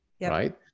right